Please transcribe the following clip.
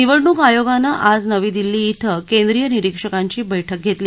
निवडणूक आयोगानं आज नवी दिल्ली धिं केंद्रीय निरीक्षकांची बैठक घेतली